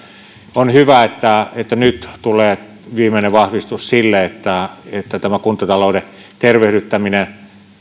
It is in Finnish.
on hyvä että että nyt tulee viimeinen vahvistus sille että tämä kuntatalouden tervehdyttäminen